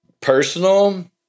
personal